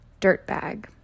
Dirtbag